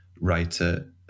writer